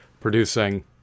producing